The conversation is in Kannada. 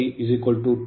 3 ವ್ಯಾಟ್ ಮತ್ತು Wc 950